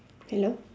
hello